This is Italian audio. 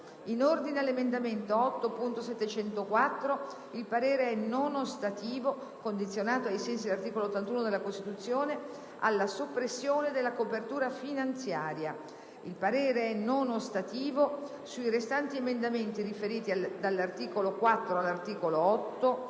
In ordine all'emendamento 8.704 il parere è non ostativo, condizionato ai sensi dell'articolo 81 della Costituzione, alla soppressione della copertura finanziaria. Il parere è non ostativo sui restanti emendamenti riferiti dall'articolo 4 all'articolo 8,